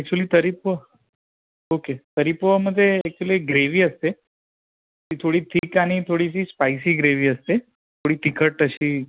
actually tarri poha okay tarri पोहामध्ये actually gravy असते ती थोडी थिक आणि थोडीशी स्पायसी ग्रेव्ही असते थोडी तिखट अशी